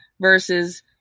versus